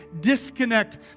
disconnect